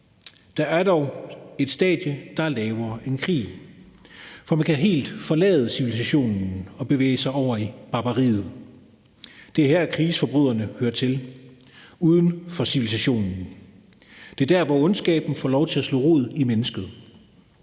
Der er dog et stadie, der er lavere end krig, for man kan helt forlade civilisationen og bevæge sig over i barbariet. Det er her, krigsforbryderne hører til, uden for civilisationen. Det er der, hvor ondskaben får lov til at slå rod i mennesket.